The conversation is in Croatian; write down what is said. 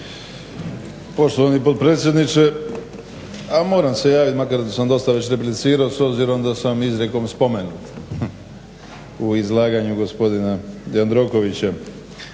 Poštovani potpredsjedniče, ha moram se javit makar sam dosta već replicirao s obzirom da sam izrijekom spomenut u izlaganju gospodina Jandrokovića